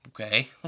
okay